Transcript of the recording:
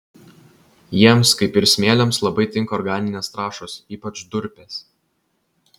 jiems kaip ir smėliams labai tinka organinės trąšos ypač durpės